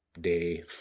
day